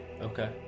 okay